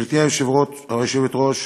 גברתי היושבת-ראש,